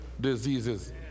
diseases